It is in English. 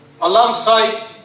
alongside